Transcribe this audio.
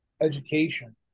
education